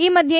ಈ ಮಧ್ಯೆ